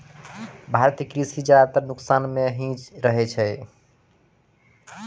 भारतीय कृषि ज्यादातर नुकसान मॅ ही रहै छै